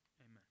Amen